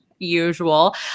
usual